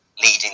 leading